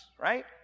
right